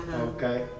Okay